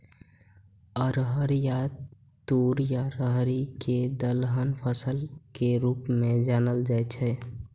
अरहर या तूर या राहरि कें दलहन फसल के रूप मे जानल जाइ छै